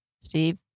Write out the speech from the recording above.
Steve